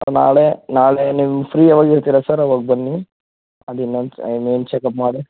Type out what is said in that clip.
ನಾಳೆ ನಾಳೆ ನಿಮ್ಮ ಫ್ರೀ ಯಾವಾಗ ಇರ್ತೀರಾ ಸರ್ ಅವಾಗ ಬನ್ನಿ ಅದು ಇನ್ನೊಂದು ಚೆಕ್ಅಪ್ ಮಾಡಿ